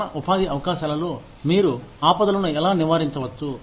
సమాన ఉపాధి అవకాశాలలో మీరు ఆపదలను ఎలా నివారించవచ్చు